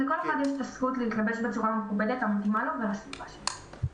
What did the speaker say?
לכל אחד יש את הזכות להתלבש בצורה מכובדת המתאימה לו ולסביבה שלו.